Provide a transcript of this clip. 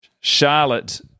Charlotte